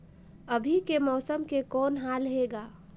अभी के मौसम के कौन हाल हे ग?